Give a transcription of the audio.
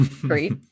great